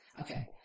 okay